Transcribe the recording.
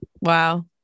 Wow